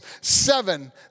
Seven